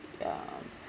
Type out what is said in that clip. um